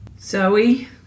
Zoe